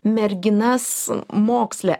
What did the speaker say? merginas moksle